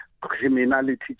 criminality